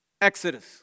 Exodus